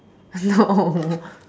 no